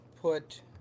put